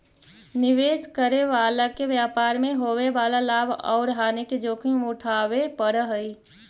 निवेश करे वाला के व्यापार मैं होवे वाला लाभ औउर हानि के जोखिम उठावे पड़ऽ हई